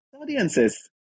audiences